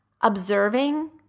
observing